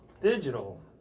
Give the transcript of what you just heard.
Digital